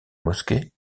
mosquée